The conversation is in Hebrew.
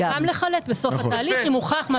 נכון, גם לחלט בסוף התהליך אם הוכח.